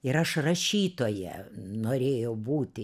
ir aš rašytoja norėjau būti